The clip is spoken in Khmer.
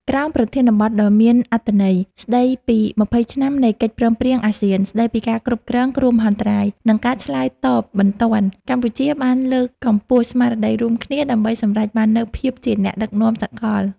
ក្រោមប្រធានបទដ៏មានអត្ថន័យស្តីពី ២០ ឆ្នាំនៃកិច្ចព្រមព្រៀងអាស៊ានស្តីពីការគ្រប់គ្រងគ្រោះមហន្តរាយ និងការឆ្លើយតបបន្ទាន់ កម្ពុជាបានលើកកម្ពស់ស្មារតីរួមគ្នាដើម្បីសម្រេចបាននូវភាពជាអ្នកដឹកនាំសកល។